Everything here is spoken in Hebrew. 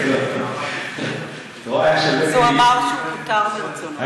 את רואה: היה שווה, אז הוא אמר שהוא פוטר מרצונו.